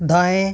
दाएं